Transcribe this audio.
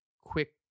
quick